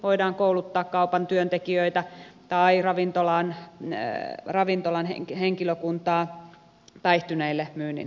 voidaan esimerkiksi kouluttaa kaupan työntekijöitä tai ravintolan henkilökuntaa päihtyneille myynnin valvonnassa